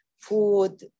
food